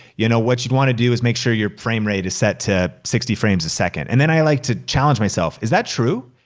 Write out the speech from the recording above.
you know, what you wanna do is make sure your frame rate is set to sixty frames a second. and then i like to challenge myself, is that true?